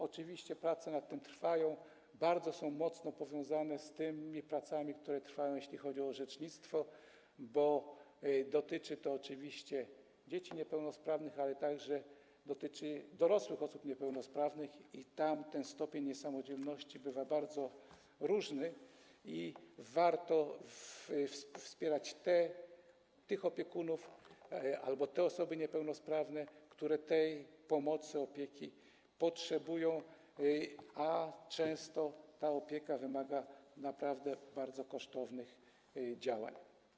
Oczywiście prace nad tym trwają, są bardzo mocno powiązane z tymi pracami, które trwają, jeśli chodzi o orzecznictwo, bo to dotyczy dzieci niepełnosprawnych, ale także dotyczy dorosłych osób niepełnosprawnych - ich stopień niesamodzielności bywa bardzo różny i warto wspierać tych opiekunów albo te osoby niepełnosprawne, które tej pomocy, opieki potrzebują, a często ta opieka wymaga naprawdę bardzo kosztownych działań.